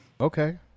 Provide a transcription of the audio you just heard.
Okay